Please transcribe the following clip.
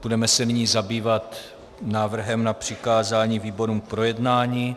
Budeme se nyní zabývat návrhem na přikázání výborům k projednání.